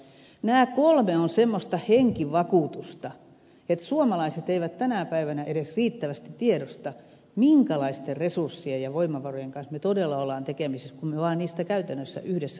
nämä kolme ovat semmoista henkivakuutusta että suomalaiset eivät tänä päivänä edes riittävästi tiedosta minkälaisten resurssien ja voimavarojen kanssa me todella olemme tekemisissä kun me vaan niistä käytännössä yhdessä huolehdimme